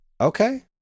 Okay